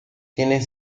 tienen